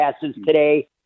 today